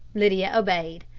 lydia obeyed.